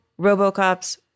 Robocops